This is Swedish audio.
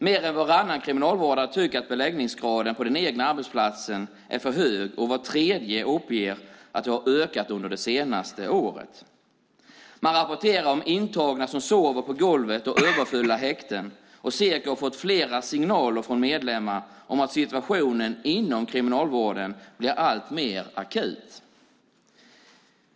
Mer än varannan kriminalvårdare tycker att beläggningsgraden på den egna arbetsplatsen är för hög, och var tredje uppger att den har ökat under det senaste året. Man rapporterar om intagna som sover på golvet och överfulla häkten, och Seko har fått flera signaler från medlemmar om att situationen inom kriminalvården blir alltmer akut.